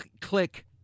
click